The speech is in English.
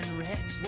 rich